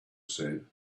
said